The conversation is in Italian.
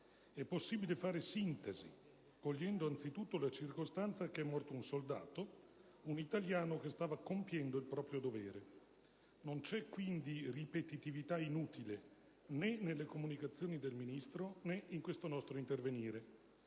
è possibile fare una sintesi, cogliendo anzitutto la circostanza che è morto un soldato, un italiano che stava compiendo il proprio dovere. Non c'è quindi ripetitività inutile, né nelle comunicazioni del Ministro né in questo nostro intervenire.